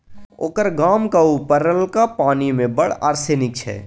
ओकर गामक उपरलका पानि मे बड़ आर्सेनिक छै